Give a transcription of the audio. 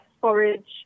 forage